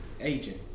agent